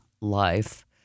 Life